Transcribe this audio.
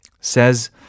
Says